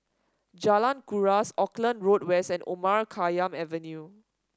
Jalan Kuras Auckland Road West and Omar Khayyam Avenue